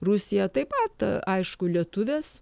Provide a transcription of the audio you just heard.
rusija taip pat aišku lietuvės